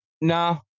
no